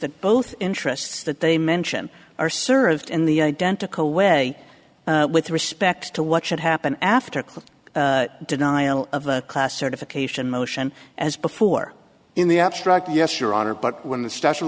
that both interests that they mention are served in the identical way with respect to what should happen after class denial of a class certification motion as before in the abstract yes your honor but when the statue of